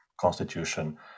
constitution